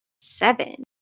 Seven